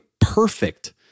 perfect